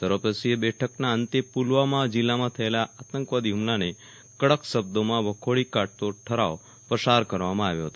સર્વપક્ષીય બેઠકના અંતે પુલવામાં જિલ્લામાં થયેલા આતંકવાદી હુમલાને કડક શબ્દોમાં વખોડી કાઢતો ઠરાવ પસાર કરવામાં આવ્યો હતો